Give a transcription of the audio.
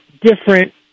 different